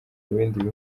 bindi